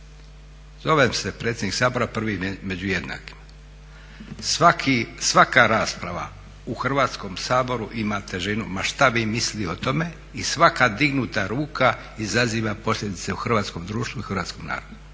Zovem se predsjednik Sabora prvi među jednakima. Svaka rasprava u Hrvatskom saboru ima težinu ma šta vi mislili o tome i svaka dignuta ruka izaziva posljedice u hrvatskom društvu i u hrvatskom narodu,